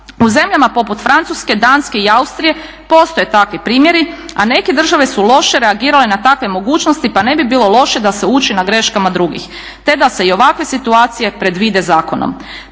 U zemljama poput Francuske, Danske i Austrije postoje takvi primjeri, a neke države su loše reagirale na takve mogućnosti pa ne bi bilo loše da se uči na greškama drugih, te da se i ovakve situacije predvide zakonom.